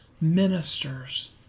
ministers